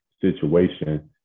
situation